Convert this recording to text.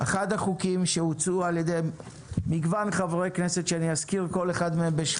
אחד החוקים שהוצעו על ידי מגוון חברי כנסת שאני אזכיר בשמם,